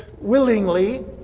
willingly